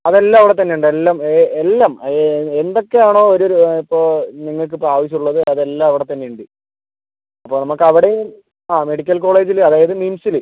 അതെല്ലാം അവിടെ തന്നെയുണ്ട് എല്ലാം എല്ലാം എന്തൊക്കെയാണോ ഒരു രോ ഇപ്പോൾ നിങ്ങൾക്ക് ഇപ്പോൾ അവശ്യമുള്ളത് അതെല്ലാം അവിടെത്തന്നെയുണ്ട് അപ്പോൾ നമുക്ക് അവിടെ അ മെഡിക്കൽ കോളേജിൽ അതായത് നിംസിൽ